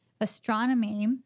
astronomy